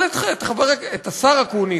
אבל את השר אקוניס,